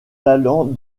talents